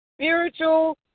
spiritual